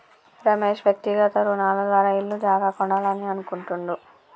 రమేష్ వ్యక్తిగత రుణాల ద్వారా ఇల్లు జాగా కొనాలని అనుకుంటుండు